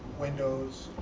windows,